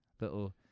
little